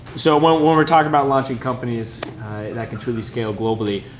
so when when we're talking about launching companies that can truly scale globally,